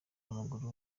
w’amaguru